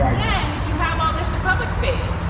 right. yeah and you have all this in public space,